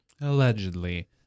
Allegedly